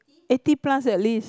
eighty plus at least